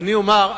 אני אומר,